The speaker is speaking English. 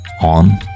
on